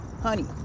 honey